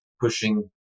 pushing